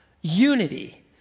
unity